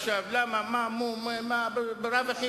כבוד היושב-ראש,